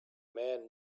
man